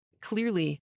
Clearly